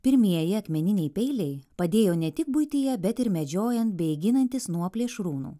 pirmieji akmeniniai peiliai padėjo ne tik buityje bet ir medžiojant bei ginantis nuo plėšrūnų